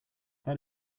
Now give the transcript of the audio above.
that